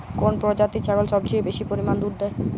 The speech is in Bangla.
কোন প্রজাতির ছাগল সবচেয়ে বেশি পরিমাণ দুধ দেয়?